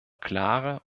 klare